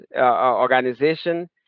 organization